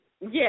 Yes